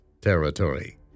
Territory